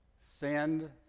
Send